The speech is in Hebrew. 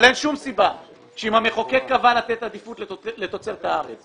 אבל אין שום סיבה שאם המחוקק קבע לתת עדיפות לתוצרת הארץ